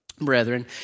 Brethren